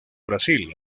brasil